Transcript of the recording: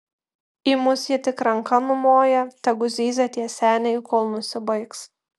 į mus ji tik ranka numoja tegu zyzia tie seniai kol nusibaigs